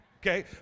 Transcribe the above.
Okay